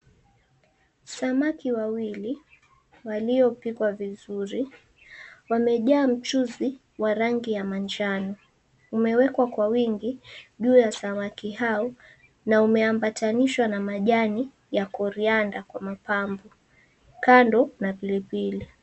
Samaki wawili waliopikwa vizuri, wamejaa mchuzi wa rangi ya manjano. Umewekwa kwa wingi juu ya samaki hao, na umeambatanishwa na majani ya korianda kwa mapambo, kando na pilipili.